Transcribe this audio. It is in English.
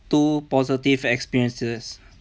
two positive experiences